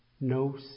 No